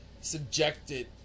subjected